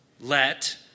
Let